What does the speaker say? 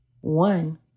One